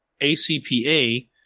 ACPA